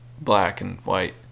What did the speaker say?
black-and-white